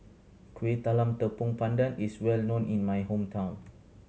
Kueh Talam Tepong Pandan is well known in my hometown